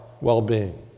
well-being